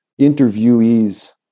interviewees